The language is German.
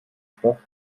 stoff